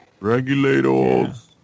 regulators